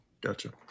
Gotcha